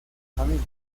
familia